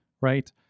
right